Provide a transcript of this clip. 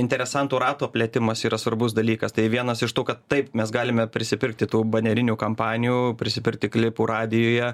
interesantų rato plėtimas yra svarbus dalykas tai vienas iš tų kad taip mes galime prisipirkti tų banerinių kompanijų prisipirkti klipų radijuje